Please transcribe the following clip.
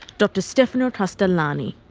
dr stefano castellani.